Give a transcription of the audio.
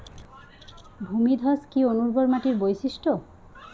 ভূমিধস কি অনুর্বর মাটির বৈশিষ্ট্য?